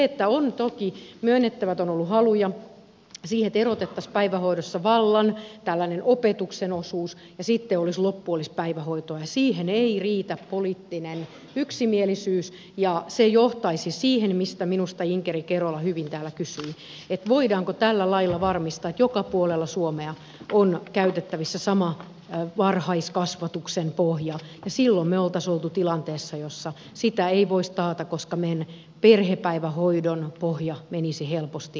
mutta on toki myönnettävä että on ollut haluja siihen että erotettaisiin päivähoidossa vallan tällainen opetuksen osuus ja sitten loppu olisi päivähoitoa ja siihen ei riitä poliittinen yksimielisyys ja se johtaisi siihen mistä minusta inkeri kerola hyvin täällä kysyi voidaanko tällä lailla varmistaa että joka puolella suomea on käytettävissä sama varhaiskasvatuksen pohja ja silloin me olisimme olleet tilanteessa jossa sitä ei voisi taata koska meidän perhepäivähoidon pohja menisi helposti alta